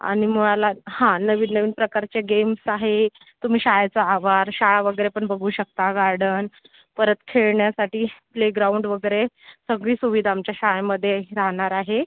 आणि मुलाला हा नवीन नवीन प्रकारचे गेम्स आहे तुम्ही शाळेचा आवार शाळा वगैरे पण बघू शकता गार्डन परत खेळण्यासाठी प्लेग्राउंड वगैरे सगळी सुविधा आमच्या शाळेमध्ये राहणार आहे